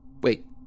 Wait